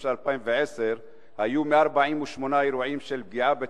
של 2010 היו 148 אירועים של פגיעה בתשתיות,